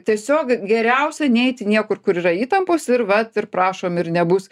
tiesiog geriausia neiti niekur kur yra įtampos ir vat ir prašom ir nebus